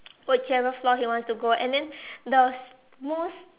whichever floor he wants to go and then the most